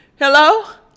Hello